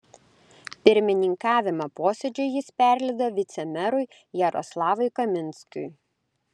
pirmininkavimą posėdžiui jis perleido vicemerui jaroslavui kaminskiui